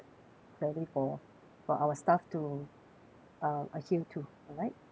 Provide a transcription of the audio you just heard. clearly for for our staff to uh adhere to alright